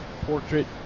portrait